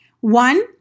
One